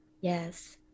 Yes